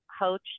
coach